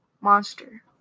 monster